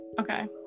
Okay